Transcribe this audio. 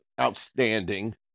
outstanding